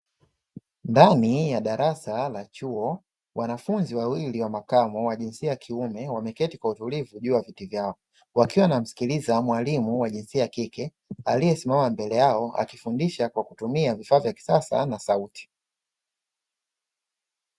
Ndani ya darasa la chuo, wanafunzi wawili wa makamo wa jinsia ya kiume wameketi kwa utulivu katika viti vyao , wakiwa wanamsikiliza mwalimu wa jinsia ya kike aliyesimama mbele yao akifundisha kwa vifaa vya kisasa na sauti.